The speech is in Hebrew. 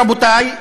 רבותי,